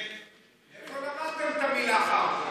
איפה למדתם את המילה "חרטא"?